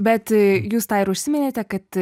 bet jūs tą ir užsiminėte kad